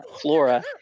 flora